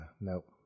nope